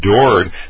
adored